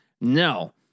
No